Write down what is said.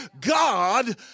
God